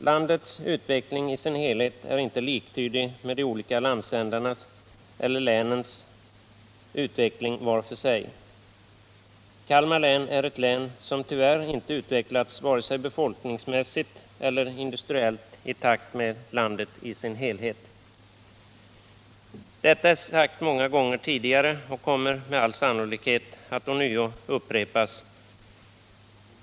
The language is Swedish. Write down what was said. Landets utveckling i sin helhet är inte liktydig med de olika landsändarnas eller länens utveckling var för sig. Kalmar län är ett län som tyvärr inte utvecklats vare sig befolkningsmässigt eller industriellt i takt med landet i dess helhet. Detta är sagt många gånger tidigare och kommer med all sannolikhet att ånyo upprepas.